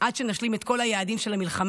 עד שנשלים את כל היעדים של המלחמה,